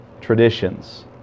traditions